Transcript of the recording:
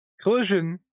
collision